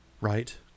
right